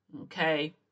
Okay